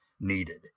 needed